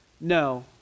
No